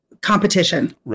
competition